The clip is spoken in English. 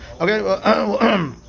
Okay